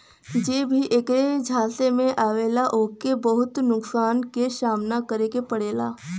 जे भी ऐकरे झांसे में आवला ओके बहुत नुकसान क सामना करे के पड़ेला